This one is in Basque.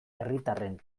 herritarren